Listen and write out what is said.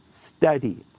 study